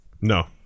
No